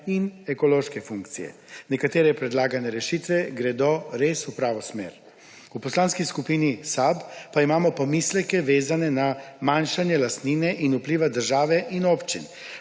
in ekološke funkcije. Nekatere predlagane rešitve gredo res v pravo smer. V Poslanski skupini SAB pa imamo pomisleke, vezane na manjšanje lastnine in vpliva države in občin.